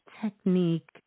technique